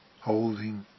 holding